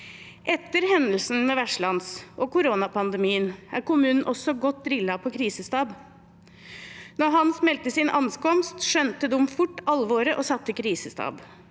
Etter hendelsen med «Vesle-Hans» og koronapandemien er kommunen også godt drillet på krisestab. Da «Hans» meldte sin ankomst, skjønte de fort alvoret og satte krisestab.